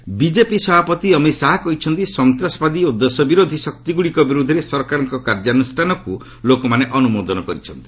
Amit Shah Kerala BJP ସଭାପତି ଅମିତ୍ ଶାହା କହିଛନ୍ତି ସନ୍ତାସବାଦୀ ଓ ଦେଶ ବିରୋଧୀ ଶକ୍ତିଗୁଡିକ ବିରୁଦ୍ଧରେ ସରକାରଙ୍କ କାର୍ଯ୍ୟାନୁଷ୍ଠାନକୁ ଲୋକମାନେ ଅନ୍ଦ୍ରମୋଦନ କରିଛନ୍ତି